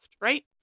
right